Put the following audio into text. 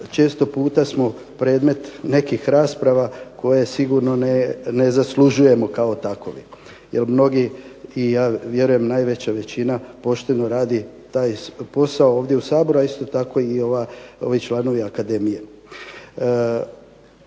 često puta smo predmet nekih rasprava koje sigurno ne zaslužujemo kao takovi jer mnogi i ja vjerujem najveća većina pošteno radi taj posao ovdje u Saboru, a isto tako i ovi članovi akademije.